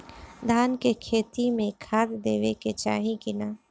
धान के खेती मे खाद देवे के चाही कि ना?